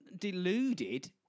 deluded